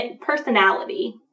Personality